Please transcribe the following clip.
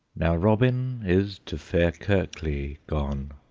now robin is to fair kirkley gone,